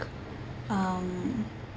um